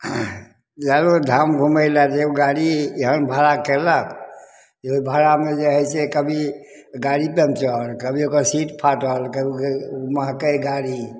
अयोध्या धाम घूमय लए जे गाड़ी एहन भाड़ा केलक जे भाड़ामे जे हइ से कभी गाड़ी पंचर कभी ओकर सीट फाटल महकै गाड़ी